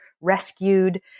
rescued